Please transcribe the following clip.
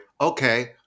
okay